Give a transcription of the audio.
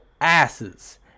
asses